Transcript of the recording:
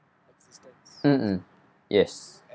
um mm yes